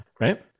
right